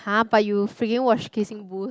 hah but you freaking watch Kissing-Booth